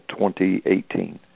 2018